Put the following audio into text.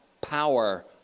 power